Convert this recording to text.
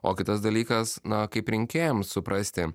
o kitas dalykas na kaip rinkėjams suprasti